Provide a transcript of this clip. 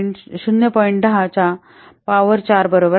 10 च्या पॉवर चार बरोबर आहे